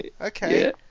Okay